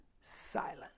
silent